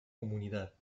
comunidad